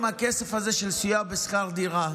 עם הכסף הזה של סיוע בשכר דירה,